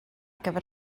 gyfer